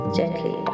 gently